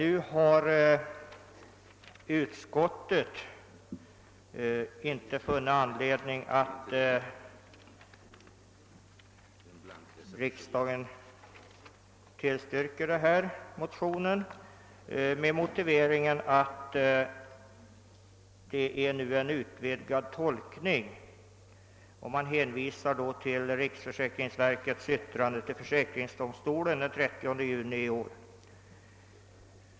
Utskottet har inte funnit anledning att tillstyrka denna motion, och motiveringen är att bestämmelserna nu fått en utvidgad tolkning. Man hänvisar därvidlag till riksförsäkringsverkets yttrande till försäkringsdomstolen den 30 juni i år.